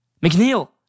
McNeil